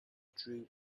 droop